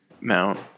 mount